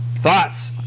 Thoughts